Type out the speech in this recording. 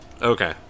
Okay